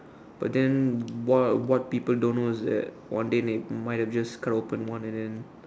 but then what what people don't know is that one day they might have just cut open one and then